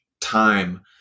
time